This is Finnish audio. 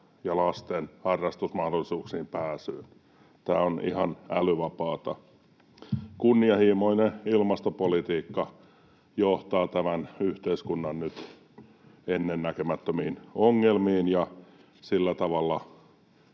ja lasten harrastusmahdollisuuksiin pääsyyn. Tämä on ihan älyvapaata. Kunnianhimoinen ilmastopolitiikka johtaa tämän yhteiskunnan nyt ennennäkemättömiin ongelmiin, ja sillä tavalla